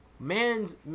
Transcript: Man's